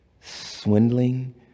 swindling